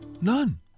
none